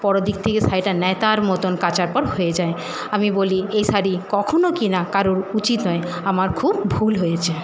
পরের দিক থেকে শাড়িটা ন্যাতার মতন কাচার পর হয়ে যায় আমি বলি এই শাড়ি কখনো কেনা কারোর উচিত নয় আমার খুব ভুল হয়েছে